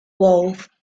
wolfe